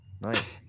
Nice